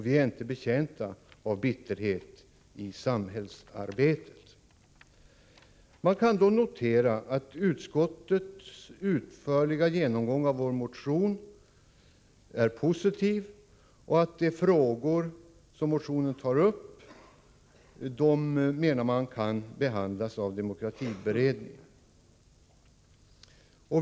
Vi är inte betjänta av bitterhet i samhällsarbetet. Man kan dock notera att utskottets utförliga genomgång av vår motion är positiv och att utskottet menar att de frågor som tas upp i motionen kan behandlas av demokratiberedningen.